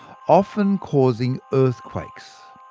often causing earthquakes.